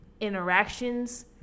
interactions